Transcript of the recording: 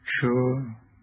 Sure